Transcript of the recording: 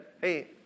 hey